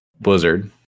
Blizzard